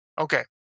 Okay